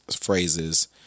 phrases